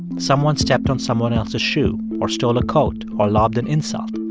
someone stepped on someone else's shoe or stole a coat or lobbed an insult,